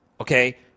okay